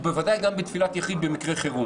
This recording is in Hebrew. ובוודאי גם בתפילת יחיד במקרה חירום,